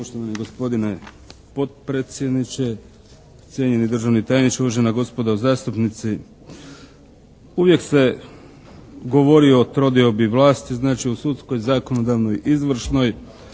Poštovani gospodine potpredsjedniče, cijenjeni državni tajniče, uvažena gospodo zastupnici. Uvijek se govori o trodiobi vlasti. Znači, o sudskoj, zakonodavnoj, izvršnoj.